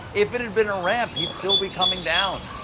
if it'd been a ramp, he'd still be coming down.